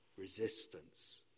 resistance